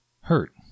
hurt